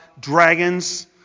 dragons